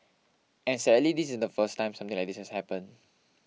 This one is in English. and sadly this isn't the first time something like this has happened